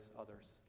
others